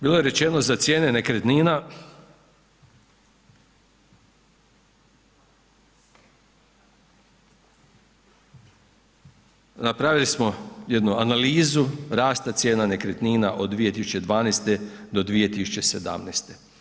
Bilo je rečeno za cijene nekretnina, napravili smo jednu analizu rasta cijena nekretnina od 2012. do 2017.